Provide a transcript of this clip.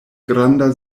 granda